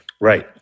Right